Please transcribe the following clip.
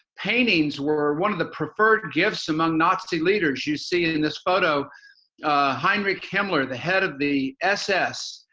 paintings were one of the prefered gifts among nazi leaders. you see in this photo heinrich himmler, the head of the ss,